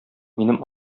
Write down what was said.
минем